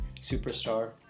superstar